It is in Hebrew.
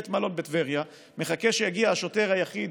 בית מלון בטבריה מחכה שיגיע השוטר היחיד